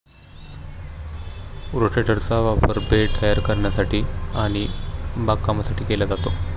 रोटेटरचा वापर बेड तयार करण्यासाठी आणि बागकामासाठी केला जातो